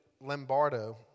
Lombardo